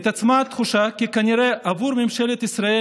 התעצמה התחושה שכנראה את ממשלת ישראל,